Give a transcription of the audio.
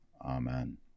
Amen